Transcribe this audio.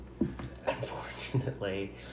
unfortunately